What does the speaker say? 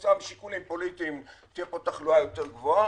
כתוצאה משיקולים פוליטיים תהיה פה תחלואה יותר גבוהה,